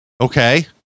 Okay